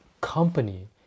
company